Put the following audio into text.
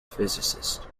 physicist